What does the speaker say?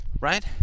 right